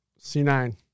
C9